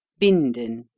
binden